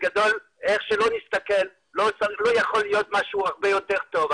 בגדול איך שלא נסתכל לא יכול להיות משהו הרבה יותר טוב.